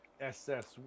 SS